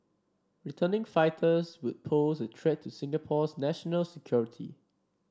returning fighters would pose a threat to Singapore's national security